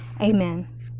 amen